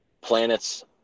planets